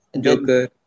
Joker